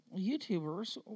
YouTubers